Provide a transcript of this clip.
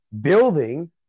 building –